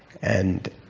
and